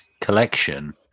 collection